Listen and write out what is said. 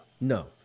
No